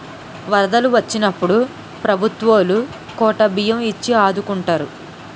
వరదలు వొచ్చినప్పుడు ప్రభుత్వవోలు కోటా బియ్యం ఇచ్చి ఆదుకుంటారు